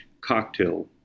cocktail